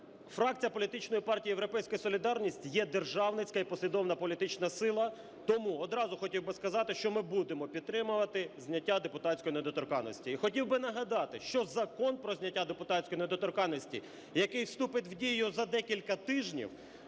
фракція політичної партії "Європейська солідарність" є державницька і послідовницька політична сила, тому одразу хотів би сказати, що ми будемо підтримувати зняття депутатської недоторканності. І хотів би нагадати, що Закон про зняття депутатської недоторканності, який вступить в дію за декілька тижнів,